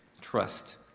trust